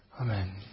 Amen